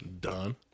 Done